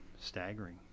staggering